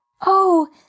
Oh